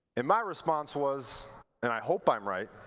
and my response was and i hope i'm right